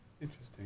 Interesting